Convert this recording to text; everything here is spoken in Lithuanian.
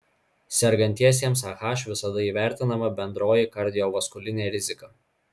sergantiesiems ah visada įvertinama bendroji kardiovaskulinė rizika